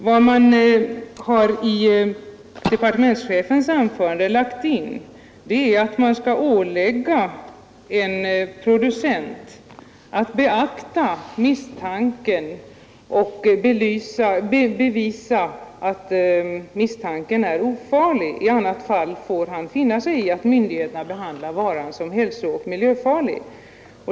Vad man lagt in i departementschefens anförande är att det skall åligga en producent att beakta misstanken och bevisa att misstanken är oberättigad — i annat fall får han finna sig i att myndigheten behandlar varan som hälsooch miljöfarlig.